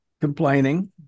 complaining